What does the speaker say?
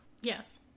Yes